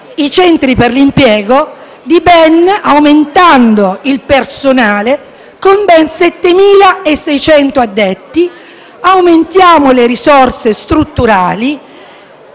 i centri per l'impiego aumentando il personale con ben 7.600 addetti; aumentiamo le risorse strutturali;